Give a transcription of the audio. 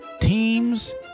teams